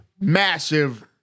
massive